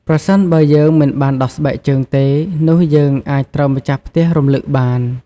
ប្រសិនបើយើងមិនបានដោះស្បែកជើងទេ នោះយើងអាចត្រូវម្ចាស់ផ្ទះរំឭកបាន។